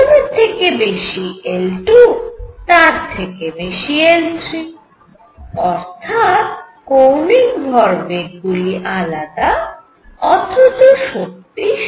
L1 থেকে বেশী L2 তার থেকে বেশী L3 অর্থাৎ কৌণিক ভরবেগ গুলি আলাদা অথচ শক্তি সমান